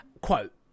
Quote